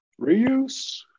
reuse